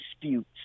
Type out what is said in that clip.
disputes